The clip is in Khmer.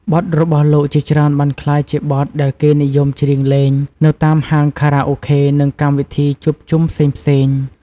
បទរបស់លោកជាច្រើនបានក្លាយជាបទដែលគេនិយមច្រៀងលេងនៅតាមហាងខារ៉ាអូខេនិងកម្មវិធីជួបជុំផ្សេងៗ។